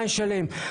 מה ישלם.